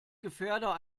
gefährder